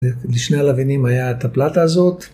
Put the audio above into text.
לשני הלווינים היה את הפלטה הזאת.